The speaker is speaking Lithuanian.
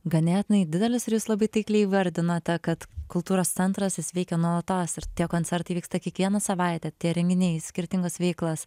ganėtinai didelis ir jūs labai taikliai įvardinote kad kultūros centras jis veikia nuolatos ir tie koncertai vyksta kiekvieną savaitę tie reinginiai skirtingos veiklos